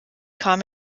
kam